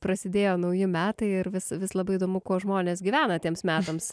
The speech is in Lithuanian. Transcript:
prasidėjo nauji metai ir vis vis labai įdomu kuo žmonės gyvena tiems metams